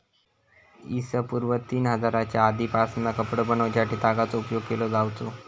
इ.स पूर्व तीन हजारच्या आदीपासना कपडो बनवच्यासाठी तागाचो उपयोग केलो जावचो